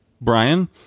Brian